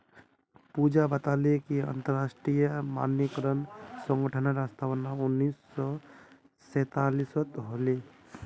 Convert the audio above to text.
पूजा बताले कि अंतरराष्ट्रीय मानकीकरण संगठनेर स्थापना उन्नीस सौ सैतालीसत होले